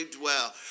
dwell